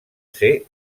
ser